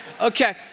Okay